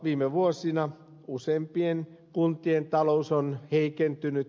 viime vuosina useimpien kuntien talous on heikentynyt